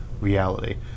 reality